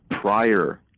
prior